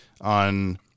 on